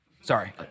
Sorry